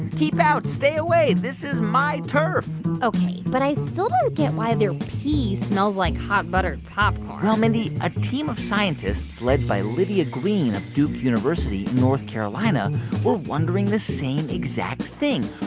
keep out, stay away, this is my turf ok, but i still don't get why their pee smells like hot buttered popcorn well, mindy, a team of scientists led by lydia greene of duke university in north carolina were wondering the same exact thing.